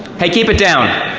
hey, keep it down